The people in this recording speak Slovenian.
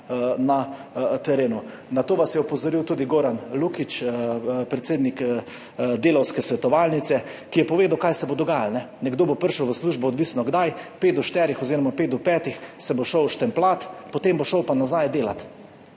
Na to vas je opozoril tudi Goran Lukić, predsednik Delavske svetovalnice, ki je povedal, kaj se bo dogajalo. Nekdo bo prišel v službo, odvisno kdaj, pet do štirih oziroma pet do petih se bo šel štempljat, potem bo šel pa nazaj delat.